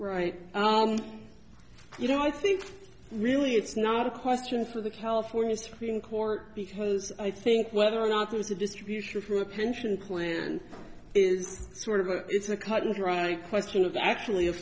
right you know i think really it's not a question for the california supreme court because i think whether or not there's a distribution for a pension plan is sort of it's a cut and dry question is actually a